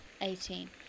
Eighteen